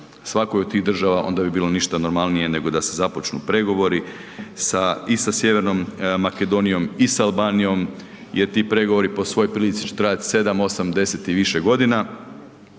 svakoj od tih država onda bi bilo ništa normalnije nego da se započnu pregovori i sa Sjevernom Makedonijom i sa Albanijom jer ti pregovori po svoj prilici će trajat 7, 8, 10 i više godina,